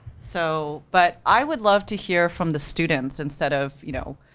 so, but i would love to hear from the students instead of, you know.